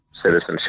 citizenship